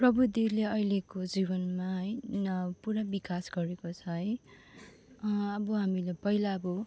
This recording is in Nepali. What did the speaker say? प्रविधिले अहिलेको जीवनमा है पुरा विकास गरेको छ है अब हामीले पहिला अब